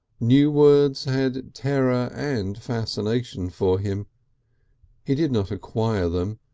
new words had terror and fascination for him he did not acquire them,